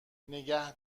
نگه